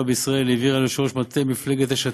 בישראל העבירה ליושב-ראש מטה מפלגת יש עתיד,